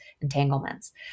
entanglements